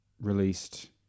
released